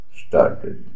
started